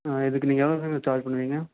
இதுக்கு நீங்கள் எவ்வளோக்கு சார்ஜ் பண்ணுவிங்க